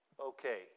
Okay